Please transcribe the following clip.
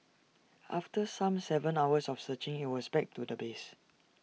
after some Seven hours of searching IT was back to the base